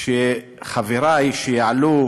שחברי שעלו